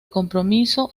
compromiso